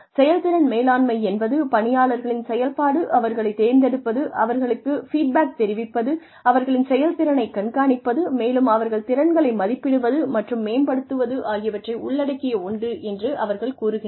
செயல்திறன் மேலாண்மை என்பது பணியாளர்களின் செயல்பாடு அவர்களைத் தேர்ந்தெடுப்பது அவர்களுக்கு ஃபீட்பேக் தெரிவிப்பது அவர்களின் செயல்திறனைக் கண்காணிப்பது மேலும் அவர்கள் திறன்களை மதிப்பிடுவது மற்றும் மேம்படுத்துவது ஆகியவற்றை உள்ளடக்கிய ஒன்று என அவர்கள் கூறுகின்றனர்